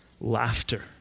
laughter